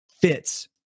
fits